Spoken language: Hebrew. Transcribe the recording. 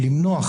שאלה שלישית,